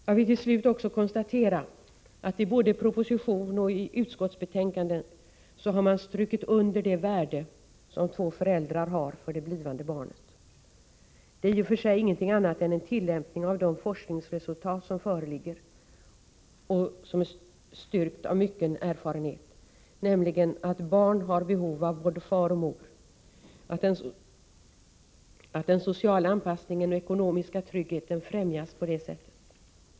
Jag vill till slut också konstatera att man både i propositionen och i utskottsbetänkandet har strukit under det värde som två föräldrar har för det blivande barnet. Det är i och för sig ingenting annat än en tillämpning av de forskningsresultat som föreligger och som styrkts av mycken erfarenhet, nämligen att barn har behov av både far och mor, att den sociala anpassningen och den ekonomiska tryggheten främjas på det sättet.